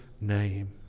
name